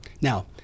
Now